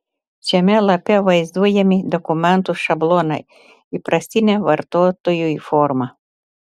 šiame lape vaizduojami dokumentų šablonai įprastine vartotojui forma